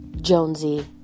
Jonesy